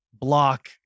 block